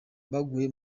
baguye